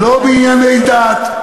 לא בענייני דת,